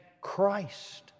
Christ